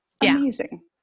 Amazing